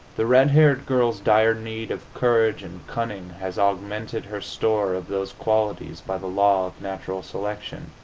the red-haired girl's dire need of courage and cunning has augmented her store of those qualities by the law of natural selection.